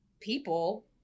people